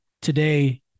today